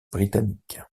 britannique